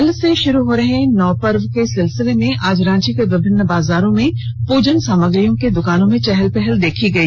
कल से शुरू हो रहे नवरात्र के सिलसिले में आज रांची के विभिन्न बाजारों में पूजन सामग्रियों के दुकानों में चेहल पहल देखी गई